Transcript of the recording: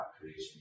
creation